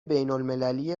بینالمللی